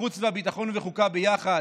החוץ והביטחון וחוקה ביחד,